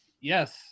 Yes